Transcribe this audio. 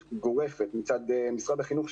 להתעלמות גורפת מצד משרד החינוך,